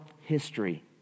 history